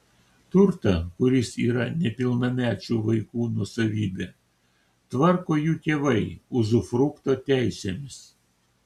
turtą kuris yra nepilnamečių vaikų nuosavybė tvarko jų tėvai uzufrukto teisėmis